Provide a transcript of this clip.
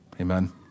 amen